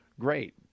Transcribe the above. great